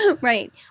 right